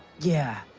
yeah.